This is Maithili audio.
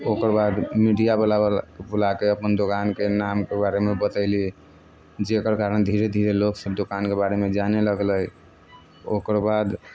ओकर बाद मीडियावलाके बुलाके अपन दोकानके नामके बारेमे बतैली जकर कारण धीरे धीरे लोकसब दोकानके बारेमे जानै लगलै ओकर बाद